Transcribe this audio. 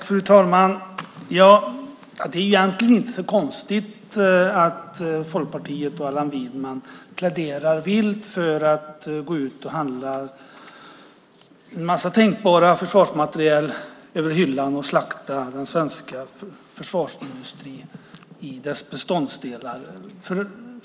Fru talman! Det är egentligen inte så konstigt att Folkpartiet och Allan Widman pläderar vilt för att gå ut och handla all möjlig tänkbar försvarsmateriel över hyllan och slakta den svenska försvarsindustrin i dess beståndsdelar.